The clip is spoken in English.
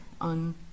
on